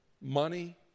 money